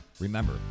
Remember